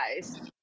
guys